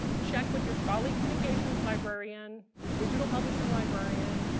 check with your scholarly communications librarian, your digital publishing librarian,